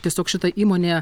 tiesiog šita įmonė